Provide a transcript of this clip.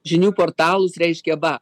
žinių portalus reiškia va